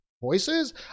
voices